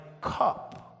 cup